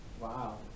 Wow